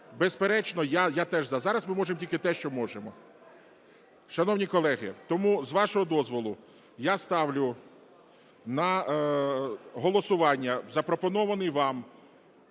Безперечно, я теж… А зараз ми можемо тільки те, що можемо. Тому, шановні колеги, з вашого дозволу, я ставлю на голосування запропонований вам